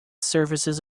services